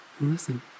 listen